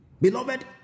Beloved